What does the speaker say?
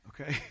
okay